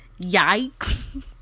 Yikes